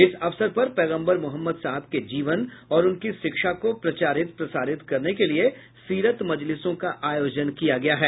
इस अवसर पर पैगम्बर मोहम्मद साहब के जीवन और उनकी शिक्षा को प्रचारित प्रसारित करने के लिए सीरत मजलिसों का आयोजन किया गया है